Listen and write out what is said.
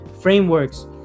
frameworks